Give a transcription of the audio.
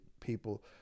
people